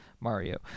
Mario